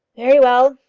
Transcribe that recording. very well.